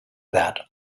that